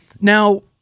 Now